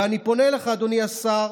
ואני פונה אליך, אדוני השר,